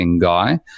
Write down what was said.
guy